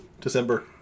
December